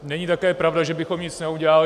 Není také pravda, že bychom nic neudělali.